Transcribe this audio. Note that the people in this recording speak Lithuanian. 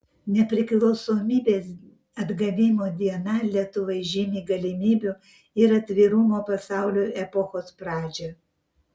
nepriklausomybės atgavimo diena lietuvai žymi galimybių ir atvirumo pasauliui epochos pradžią